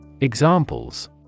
Examples